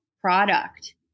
product